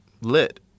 lit